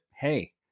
hey